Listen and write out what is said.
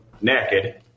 naked